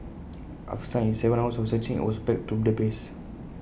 after some Seven hours of searching IT was back to the base